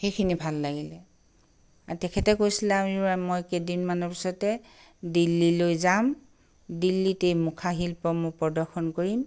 সেইখিনি ভাল লাগিলে আৰু তেখেতে কৈছিলে মই কেইদিনমানৰ পিছতে দিল্লীলৈ যাম দিল্লীত এই মুখা শিল্প মই প্ৰদৰ্শন কৰিম